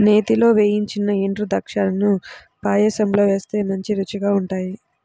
నేతిలో వేయించిన ఎండుద్రాక్షాలను పాయసంలో వేస్తే మంచి రుచిగా ఉంటాయి